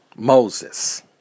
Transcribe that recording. Moses